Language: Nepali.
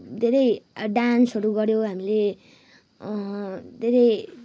धेरै डान्सहरू गर्यौँ हामीले धेरै